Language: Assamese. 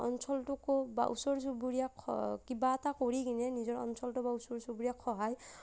অঞ্চলটোকো বা ওচৰ চুবুৰীয়াক কিবা এটা কৰি কিনে নিজৰ অঞ্চলটোক আৰু ওচৰ চুবুৰীয়াক সহায়